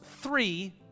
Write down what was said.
three